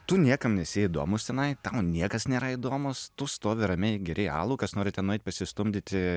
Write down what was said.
tu niekam nesi įdomus tenai tau niekas nėra įdomus tu stovi ramiai geri alų kas nori ten nueit pasistumdyti